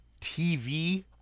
TV